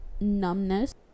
numbness